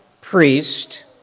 priest